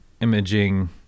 imaging